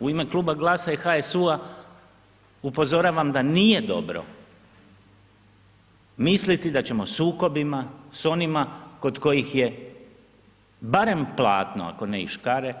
U ime kluba GLAS-a i HSU-a upozoravam da nije dobro misliti da ćemo sukobima, s onima kod kojih je barem platno ako ne i škare,